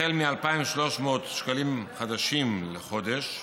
החל מ-2,300 שקלים חדשים לחודש"